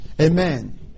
Amen